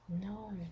No